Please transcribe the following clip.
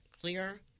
clear